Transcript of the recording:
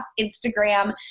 Instagram